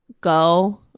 go